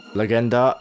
legenda